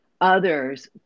others